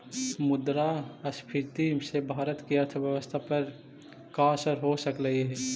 मुद्रास्फीति से भारत की अर्थव्यवस्था पर का असर हो सकलई हे